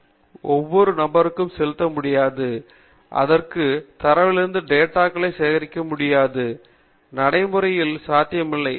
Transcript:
நீங்கள் மக்களை புரிந்து கொள்ள வேண்டும் என்றால் மக்கள் தொகையில் ஒவ்வொரு நபருக்கும் செல்ல முடியாது அந்தத் தரவிலிருந்து டேட்டா களை சேகரிக்க முடியாது நடைமுறையில் சாத்தியமில்லை